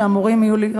שהיו אמורים להיות,